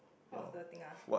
what was the thing ah